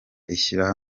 ishyirwa